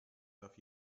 darf